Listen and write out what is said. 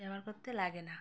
ব্যবহার করতে লাগে না